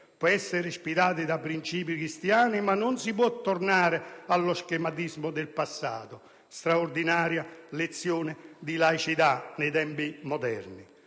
può essere ispirata da princìpi cristiani, ma non si può tornare allo schematismo del passato. Questa è una straordinaria lezione di laicità nei tempi moderni.